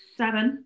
seven